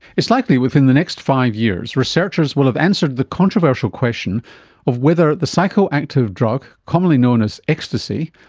it's likely within the next five years researchers will have answered the controversial question of whether the psychoactive drug commonly known as ecstasy,